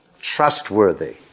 Trustworthy